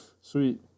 Sweet